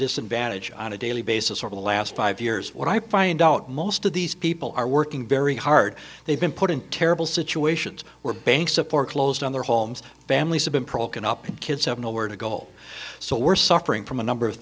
disadvantage on a daily basis over the last five years what i find out most of these people are working very hard they've been put in terrible situations where banks of foreclosed on their homes families have been pro con up and kids have nowhere to go so we're suffering from a number of